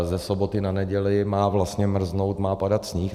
Ze soboty na neděli má vlastně mrznout, má padat sníh.